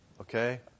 okay